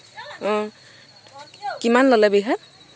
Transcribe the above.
কিমান ল'লে বিঘা